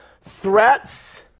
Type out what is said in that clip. Threats